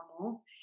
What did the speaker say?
normal